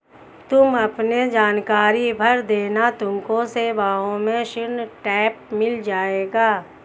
तुम अपने जानकारी भर देना तुमको सेवाओं में ऋण टैब मिल जाएगा